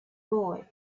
boy